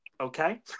Okay